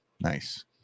Nice